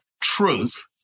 truth